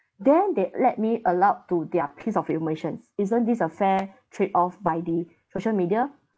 then they let me allowed to their piece of informations isn't this a fair trade-off by the social media